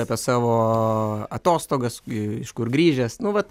apie savo atostogas iš kur grįžęs nu vat